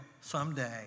someday